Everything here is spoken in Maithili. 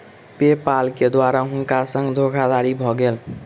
पे पाल के द्वारा हुनका संग धोखादड़ी भ गेल